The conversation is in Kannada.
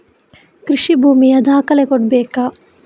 ಕೃಷಿ ಭೂಮಿಯ ದಾಖಲೆ ಕೊಡ್ಬೇಕಾ?